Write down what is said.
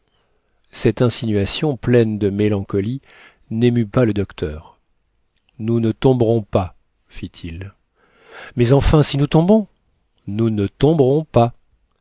cette insinuation pleine de mélancolie n'émût pas le docteur nous ne tomberons pas fit-il mais enfin si nous tombons nous ne tomberons pas